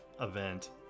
event